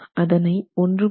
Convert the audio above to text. அதனை 1